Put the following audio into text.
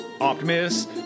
Optimus